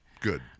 Good